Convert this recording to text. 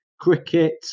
cricket